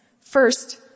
First